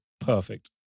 Perfect